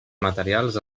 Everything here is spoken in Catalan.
materials